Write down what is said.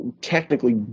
technically